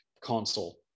console